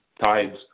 tides